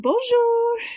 Bonjour